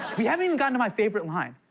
we haven't even gotten to my favorite line.